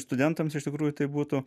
studentams iš tikrųjų tai būtų